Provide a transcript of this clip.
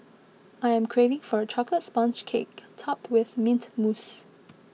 I am craving for a Chocolate Sponge Cake Topped with Mint Mousse